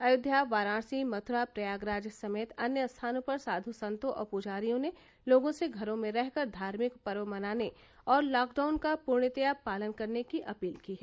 अयोध्या वाराणसी मथ्रा प्रयागराज समेत अन्य स्थानों पर साध् सतों और पुजारियों ने लोगों से घरों में रहकर धार्मिक पर्व मनाने और लॉकडाउन का पूर्णतया पालन करने की अपील की है